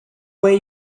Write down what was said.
way